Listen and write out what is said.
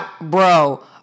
Bro